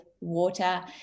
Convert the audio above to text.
water